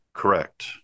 Correct